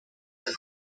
del